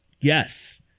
Yes